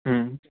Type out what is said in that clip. હમ